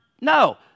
no